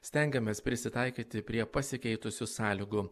stengiamės prisitaikyti prie pasikeitusių sąlygų